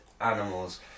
animals